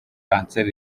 cancer